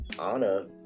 Anna